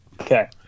Okay